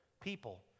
people